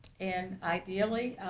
and ideally